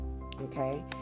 Okay